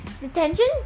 Detention